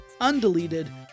undeleted